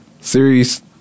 Series